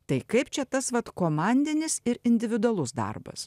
tai kaip čia tas vat komandinis ir individualus darbas